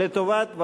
לטובת,